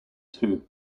too